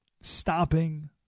stopping